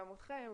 גם אתכם,